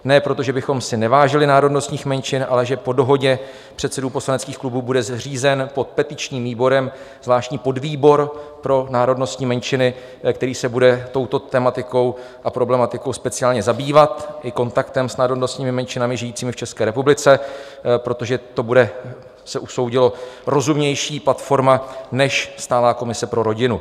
Ne proto, že bychom si nevážili národnostních menšin, ale že po dohodě předsedů poslaneckých klubů bude zřízen pod petičním výborem zvláštní podvýbor pro národnostní menšiny, který se bude touto tematikou a problematikou speciálně zabývat, i kontaktem s národnostními menšinami žijícími v České republice, protože to bude, usoudilo se, rozumnější platforma než stálá komise pro rodinu.